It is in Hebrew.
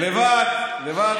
לבד, לבד.